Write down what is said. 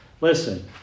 Listen